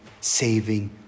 saving